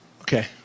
Okay